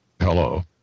Hello